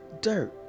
dirt